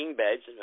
beds